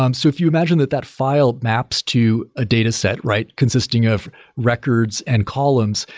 um so if you imagine that that file maps to a data set, right, consisting of records and columns,